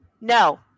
no